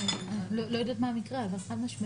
עם כל כך הרבה נתונים חסרים,